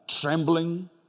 trembling